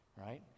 right